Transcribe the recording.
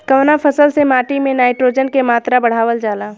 कवना फसल से माटी में नाइट्रोजन के मात्रा बढ़ावल जाला?